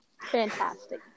Fantastic